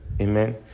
Amen